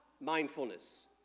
mindfulness